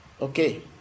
Okay